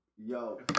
Yo